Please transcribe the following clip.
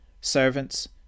Servants